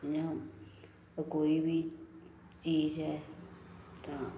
जियां कोई बी चीज़ ऐ तां